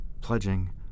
pledging